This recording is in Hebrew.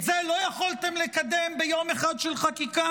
את זה לא יכולתם לקדם ביום אחד של חקיקה?